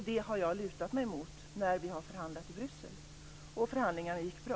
Det har jag lutat mig mot när vi har förhandlat i Bryssel, och förhandlingarna gick bra.